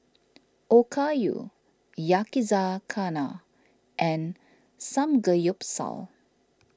Okayu Yakizakana and Samgeyopsal